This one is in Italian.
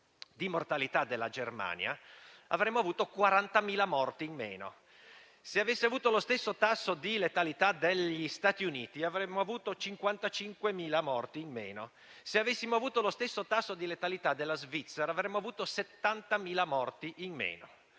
di mortalità della Germania, avremmo avuto 40.000 morti in meno; se avesse avuto lo stesso tasso di letalità degli Stati Uniti, avremmo avuto 55.000 morti in meno; se avessimo avuto lo stesso tasso di letalità della Svizzera, avremmo avuto 70.000 morti in meno.